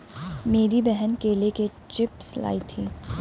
मेरी बहन केले के चिप्स लाई थी